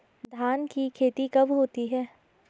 धान की खेती कब होती है?